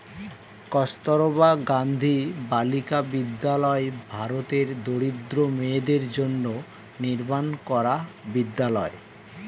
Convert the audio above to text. কস্তুরবা গান্ধী বালিকা বিদ্যালয় ভারতের দরিদ্র মেয়েদের জন্য নির্মাণ করা বিদ্যালয়